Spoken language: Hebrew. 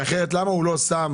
אנחנו עושים